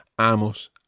amos